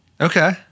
Okay